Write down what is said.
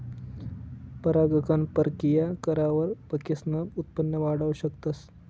परागकण परकिया करावर पिकसनं उत्पन वाढाऊ शकतस